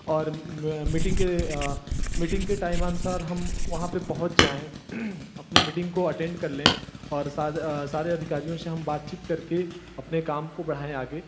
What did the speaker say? और मीटिंग के मीटिंग के टाइम अनुसार हम वहाँ पर पहुँच जाएँ अपने मीटिंग को अटेंड कर लें और सारे अधिकारियों से हम बातचीत करके अपने काम को बढ़ाएँ आगे